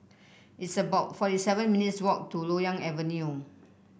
it's about forty seven minutes' walk to Loyang Avenue